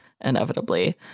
inevitably